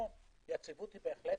יציבות היא בהחלט